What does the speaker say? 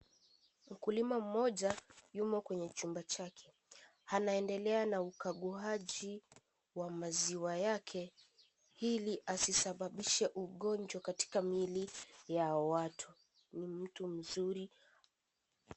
Mkulima mmoja, yumo kwenye chumba chake. Anaendelea na ukaguaji wa maziwa yake, ili asisababishe ugonjwa katika miili ya watu. Ni mtu mzuri.